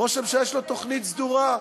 ראש הממשלה, יש לו תוכנית סדורה.